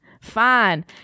Fine